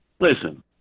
Listen